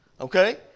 okay